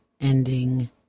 ending